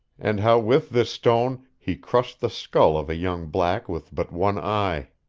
and how with this stone he crushed the skull of a young black with but one eye.